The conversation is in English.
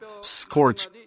scorch